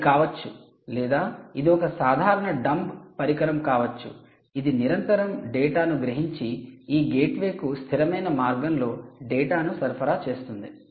అది కావచ్చు లేదా ఇది ఒక సాధారణ డంబ్ పరికరం కావచ్చు ఇది నిరంతరం డేటాను గ్రహించి ఈ గేట్వేకు స్థిరమైన మార్గంలో డేటాను సరఫరా చేస్తుంది